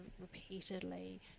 repeatedly